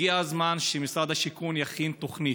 הגיע הזמן שמשרד השיכון יכין תוכנית.